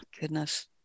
goodness